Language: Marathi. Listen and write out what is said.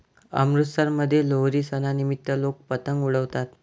अमृतसरमध्ये लोहरी सणानिमित्त लोक पतंग उडवतात